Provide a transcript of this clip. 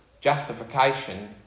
justification